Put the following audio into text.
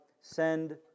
send